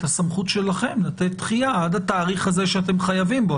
הסמכות שלכם לתת דחייה עד התאריך הזה שאתם חייבים בו.